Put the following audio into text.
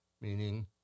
meaning